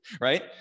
right